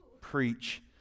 Preach